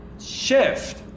shift